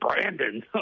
Brandon